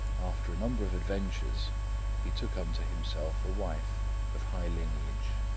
after a number of adventures he took unto himself a wife of high lineage.